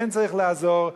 כן צריך לעזור,